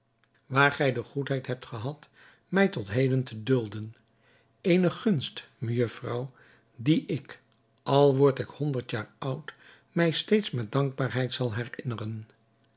waar gij de goedheid hebt gehad mij tot heden te dulden eene gunst mejufvrouw die ik al word ik honderd jaar oud mij steeds met dankbaarheid zal